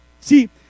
See